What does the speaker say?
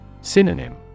Synonym